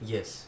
Yes।